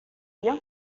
bien